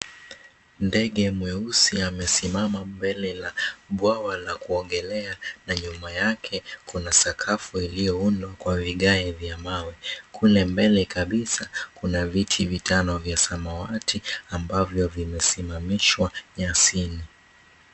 Ndege mweusi amesimama mbele la bwawa la kuogelea na nyuma yake kuna sakafu iliyoundwa kwa vigae vya mawe. Kule mbele kabisa kuna viti vitano vya samawati ambavyo vimesimamishwa nyasini.